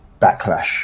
backlash